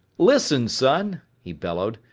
listen, son, he bellowed,